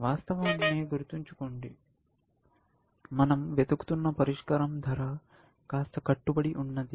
వాస్తవాన్ని గుర్తుంచుకోండి మనం వెతుకుతున్న పరిష్కారం ధర కాస్త కట్టుబడి ఉన్నది